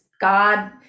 god